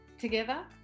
Together